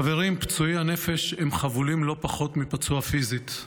חברים, פצועי הנפש חבולים לא פחות מפצוע פיזית.